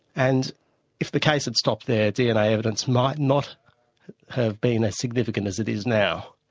and if the case had stopped there, dna evidence might not have been as significant as it is now.